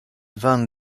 van